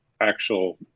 actual